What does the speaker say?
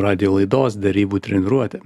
radijo laidos derybų treniruotė